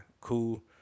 Cool